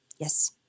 Yes